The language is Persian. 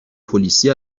پلیسی